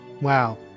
Wow